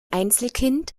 einzelkind